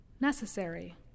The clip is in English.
necessary